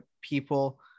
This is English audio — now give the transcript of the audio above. people